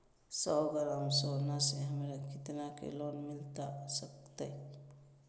सौ ग्राम सोना से हमरा कितना के लोन मिलता सकतैय?